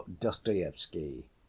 dostoevsky